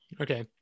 Okay